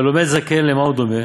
והלומד זקן, למה הוא דומה,